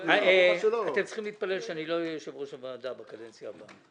אתם צריכים להתפלל שאני לא אהיה יושב-ראש הוועדה בקדנציה הבאה,